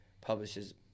publishes